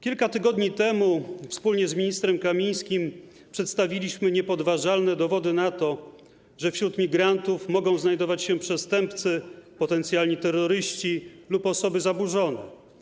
Kilka tygodni temu wspólnie z ministrem Kamińskim przedstawiliśmy niepodważalne dowody na to, że wśród migrantów mogą znajdować się przestępcy, potencjalni terroryści lub osoby zaburzone.